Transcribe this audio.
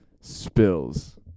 Spills